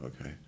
Okay